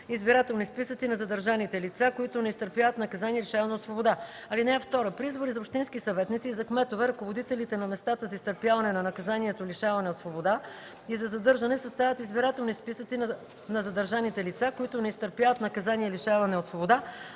избирателни списъци на задържаните лица, които не изтърпяват наказание лишаване от свобода. (2) При избори за общински съветници и за кметове ръководителите на местата за изтърпяване на наказанието лишаване от свобода и за задържане съставят избирателни списъци на задържаните лица, които не изтърпяват наказание лишаване от свобода,